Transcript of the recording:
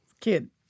kid